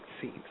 seems